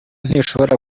ntishobora